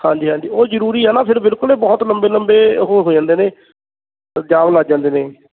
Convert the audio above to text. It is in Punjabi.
ਹਾਂਜੀ ਹਾਂਜੀ ਉਹ ਜ਼ਰੂਰੀ ਆ ਨਾ ਫਿਰ ਬਿਲਕੁਲ ਏ ਬਹੁਤ ਲੰਬੇ ਲੰਬੇ ਉਹ ਹੋ ਜਾਂਦੇ ਨੇ ਜਾਮ ਲੱਗ ਜਾਂਦੇ ਨੇ